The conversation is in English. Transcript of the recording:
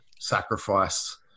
sacrifice